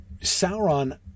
Sauron